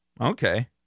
okay